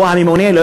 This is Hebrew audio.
או הממונֶה,